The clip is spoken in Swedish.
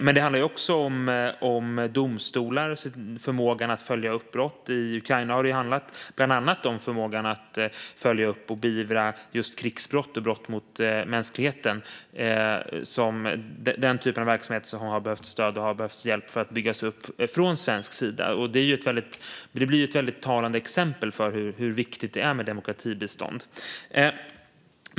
Men det handlar också om domstolar och förmågan att följa upp brott i Ukraina och då bland annat om förmågan att följa upp och beivra krigsbrott och brott mot mänskligheten. Den typen av verksamhet har man behövt stöd och hjälp från svensk sida för att bygga upp. Det är ju ett talande exempel på hur viktigt det är med demokratibistånd.